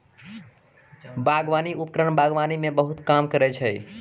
बागबानी उपकरण बागबानी म बहुत काम करै छै?